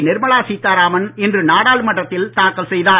நிர்மலா சீத்தாராமன் இன்று நாடாளுமன்றத்தில் தாக்கல் செய்தார்